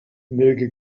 möge